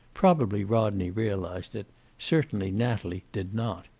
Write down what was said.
probably rodney realized it certainly natalie did not.